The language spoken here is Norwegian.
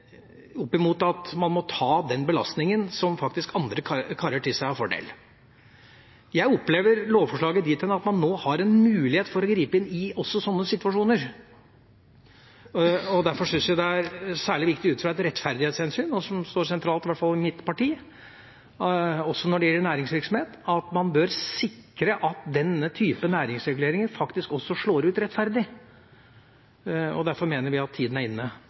hen at man nå har en mulighet til å gripe inn også i sånne situasjoner. Derfor syns jeg det er særlig viktig ut fra et rettferdighetshensyn, som står sentralt i hvert fall i mitt parti, og også når det gjelder næringsvirksomhet, at man bør sikre at denne type næringsreguleringer faktisk også slår ut rettferdig. Derfor mener vi at tiden er inne